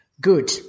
Good